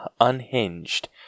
unhinged